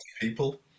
people